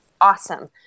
awesome